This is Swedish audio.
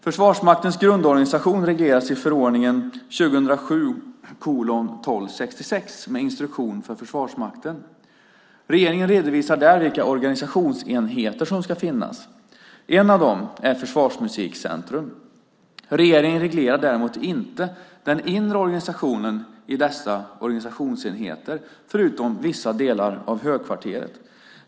Försvarsmaktens grundorganisation regleras i förordningen med instruktion för Försvarsmakten. Regeringen redovisar där vilka organisationsenheter som ska finnas. En av dessa är Försvarsmusikcentrum. Regeringen reglerar däremot inte den inre organisationen i dessa organisationsenheter, förutom vissa delar av Högkvarteret.